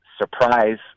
surprise